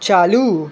चालू